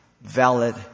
valid